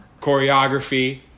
choreography